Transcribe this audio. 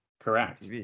Correct